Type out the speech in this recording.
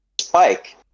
spike